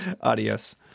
Adios